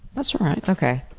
that's alright.